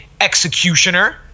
Executioner